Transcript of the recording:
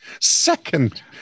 second